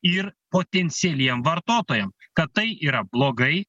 ir potencialiem vartotojam kad tai yra blogai